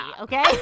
okay